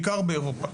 בעיקר באירופה.